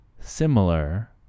similar